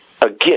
Again